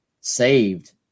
saved